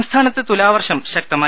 സംസ്ഥാനത്ത് തുലാവർഷം ശക്തമായി